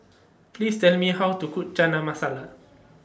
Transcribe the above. Please Tell Me How to Cook Chana Masala